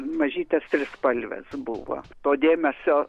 mažytės trispalvės buvo to dėmesio